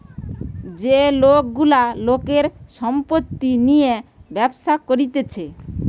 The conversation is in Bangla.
যে লোক গুলা লোকের সম্পত্তি নিয়ে ব্যবসা করতিছে